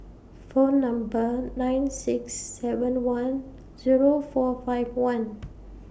For Number nine six seven one Zero four five one